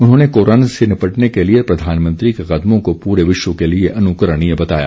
उन्होंने कोरोना से निपटने के लिए प्रधानमंत्री के कदमों को पूरे विश्व के लिए अनुकरणीय बताया